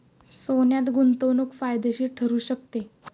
सोन्यात गुंतवणूक फायदेशीर ठरू शकते